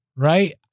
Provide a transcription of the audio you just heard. Right